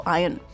iron